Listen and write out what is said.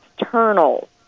external